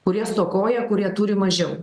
kurie stokoja kurie turi mažiau